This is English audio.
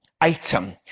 item